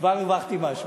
כבר הרווחתי משהו.